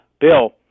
Bill